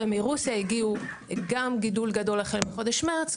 גם מרוסיה גידול גדול החל מחודש מרץ,